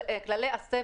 רן קיויתי,